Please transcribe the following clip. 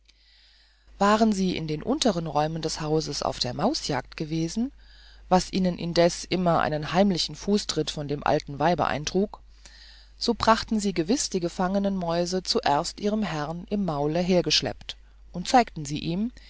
waren sie in den unteren räumen des hauses auf der mausjagd gewesen was ihnen indessen immer einen heimlichen fußtritt von dem alten weib eintrug so brachten sie gewiß die gefangenen mäuse zuerst ihrem herrn im maule hergeschleppt und zeigten sie ihm